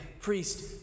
priest